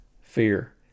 Fear